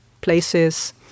places